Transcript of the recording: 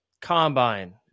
combine